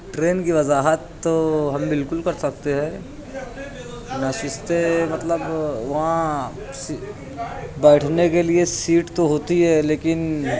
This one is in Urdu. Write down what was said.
ٹرین کی وضاحت تو ہم بالکل کر سکتے ہیں نشستیں مطلب وہاں بیٹھنے کے لیے سیٹ تو ہوتی ہے لیکن